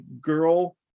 girl